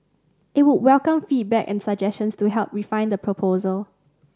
it would welcome feedback and suggestions to help refine the proposal